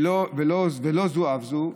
ולא זו אף זו,